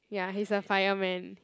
ya he's a fireman